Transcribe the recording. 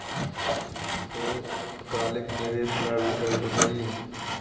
कोई अल्पकालिक निवेश ला विकल्प हई?